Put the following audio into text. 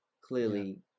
clearly